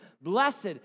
Blessed